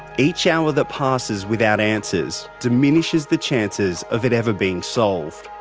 each hour that passes without answers diminishes the chances of it ever being solved.